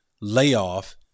layoff